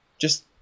just-